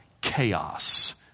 chaos